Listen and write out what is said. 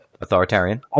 Authoritarian